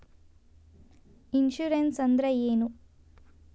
Insurance ಅಂದ್ರ ಏನು?